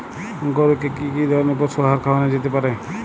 গরু কে কি ধরনের পশু আহার খাওয়ানো যেতে পারে?